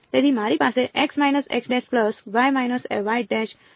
તેથી મારી પાસે છે